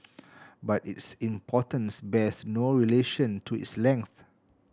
but its importance bears no relation to its length